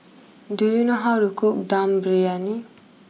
do you know how to cook Dum Briyani